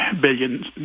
billions